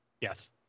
Yes